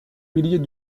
milliers